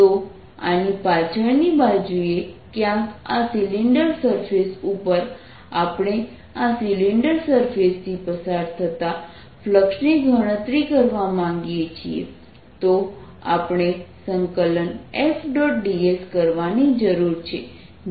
તો આની પાછળની બાજુએ ક્યાંક આ સિલિન્ડર સરફેસ ઉપર આપણે આ સિલિન્ડર સરફેસથી પસાર થતા ફ્લક્સની ગણતરી કરવા માંગીએ છીએ